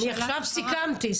אני עכשיו סיכמתי.